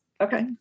okay